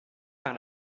par